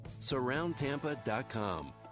SurroundTampa.com